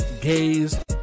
gays